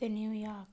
ते न्यूयार्क